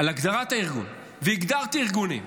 על הגדרת הארגון, והגדרתי ארגונים,